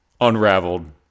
Unraveled